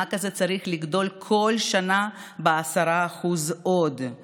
המענק הזה צריך לגדול כל שנה ב-10%; צריך